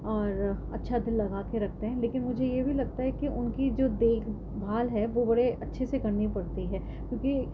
اور اچھا دل لگا کے رکھتے ہیں لیکن مجھے یہ بھی لگتا ہے کہ ان کی جو دیکھ بھال ہے وہ بڑے اچھے سے کرنی پڑتی ہے کیونکہ